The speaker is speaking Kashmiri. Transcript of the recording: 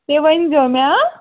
تُہۍ ؤنۍزیو مےٚ ہہ